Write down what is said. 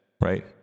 right